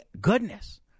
goodness